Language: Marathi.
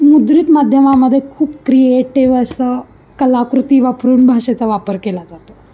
मुद्रित माध्यमामध्ये खूप क्रिएटिव्ह असं कलाकृती वापरून भाषेचा वापर केला जातो